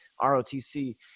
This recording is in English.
ROTC